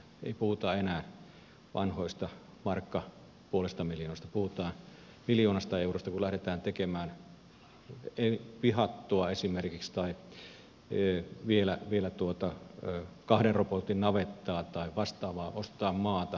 ei puhuta enää vanhasta markka ajan puolesta miljoonasta vaan puhutaan miljoonasta eurosta kun lähdetään tekemään esimerkiksi pihattoa tai vielä kahden robotin navettaa tai vastaavaa ostetaan maata ostetaan koneet